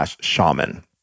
Shaman